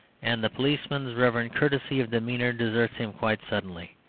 and the policeman's reverent courtesy of demeanour deserts him quite suddenly.